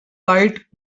light